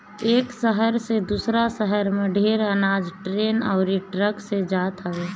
एक शहर से दूसरा शहर में ढेर अनाज ट्रेन अउरी ट्रक से जात हवे